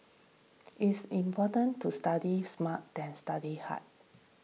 it's important to study smart than study hard